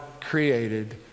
created